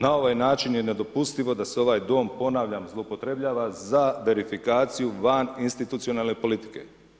Na ovaj način je nedopustivo da se ovaj dom ponavljam, zloupotrebljava za verifikaciju van institucionalne politike.